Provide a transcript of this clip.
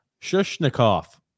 Shushnikov